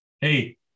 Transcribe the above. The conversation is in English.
Hey